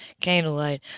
candlelight